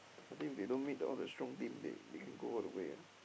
I think if they don't meet the all the strong team they they can go all the way ah